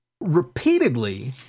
repeatedly